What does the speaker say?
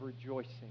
rejoicing